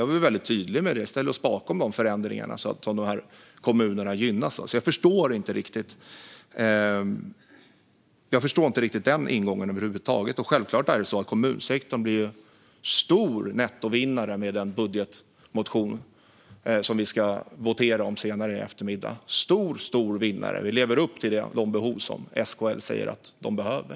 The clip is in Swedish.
Jag vill vara väldigt tydlig med att vi ställer oss bakom förändringarna så att de här kommunerna gynnas, så jag förstår inte Fredrik Olovssons ingång över huvud taget. Och självklart blir ju kommunsektorn en stor nettovinnare med den budgetmotion som vi ska votera om senare i eftermiddag. Vi lever upp till det som SKL säger att den behöver.